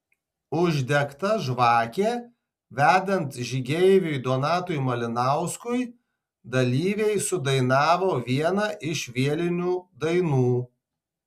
uždegta žvakė vedant žygeiviui donatui malinauskui dalyviai sudainavo vieną iš vėlinių dainų